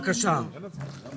אני ביקשתי את זה פעם קודמת.